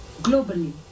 globally